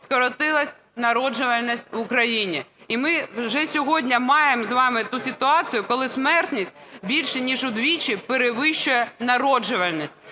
скоротилась народжуваність в Україні. І ми вже сьогодні маємо з вами ту ситуацію, коли смертність більше ніж удвічі перевищує народжуваність.